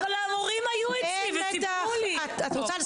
אבל הכל בסדר.